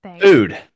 food